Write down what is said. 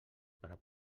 per